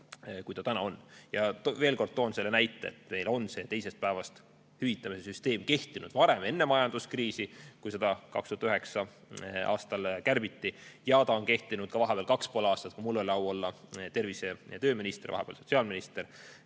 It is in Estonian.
on. Ja toon veel kord selle näite, et meil on see teisest päevast hüvitamise süsteem kehtinud varem, enne majanduskriisi, kui seda 2009. aastal kärbiti, ja ta on kehtinud ka vahepeal kaks ja pool aastat. Mul oli au olla tervise- ja tööminister, vahepeal ka sotsiaalminister,